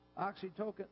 oxytocin